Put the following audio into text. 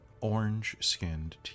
orange-skinned